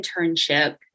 internship